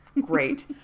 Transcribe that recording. great